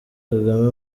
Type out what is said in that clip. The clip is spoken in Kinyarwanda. kagame